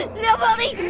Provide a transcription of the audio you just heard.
ah no baldy!